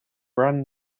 brand